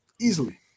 easily